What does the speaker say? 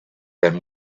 than